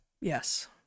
yes